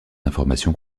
informations